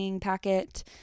packet